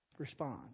Respond